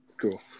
Cool